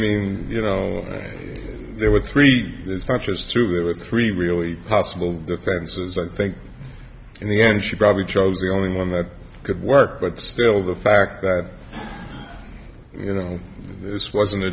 mean you know there were three structures through there were three really possible defenses i think in the end she probably chose the only one that could work but still the fact that you know this wasn't